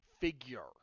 figure